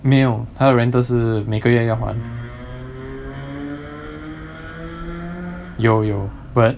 没有他 rental 是每个月要还有有 but